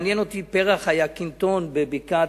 מעניין אותי פרח היקינטון בבקעת-הירדן.